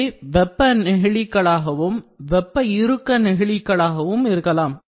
இவை வெப்ப நெகிழிகளாகவும் வெப்ப இறுக்க நெகிழிகளாகவும் இருக்கலாம்